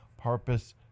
purpose